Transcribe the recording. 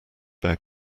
bear